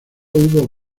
hubo